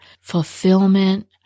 fulfillment